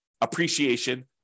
appreciation